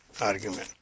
argument